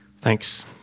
Thanks